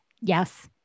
Yes